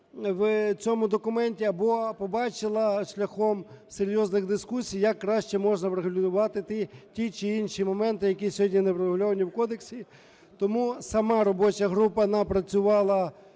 в цьому документі, або побачила шляхом серйозних дискусій, як краще можна врегулювати ті чи інші моменти, які сьогодні не врегульовані в кодексі. Тому сама робоча група напрацювала